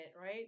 right